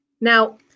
Now